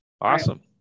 Awesome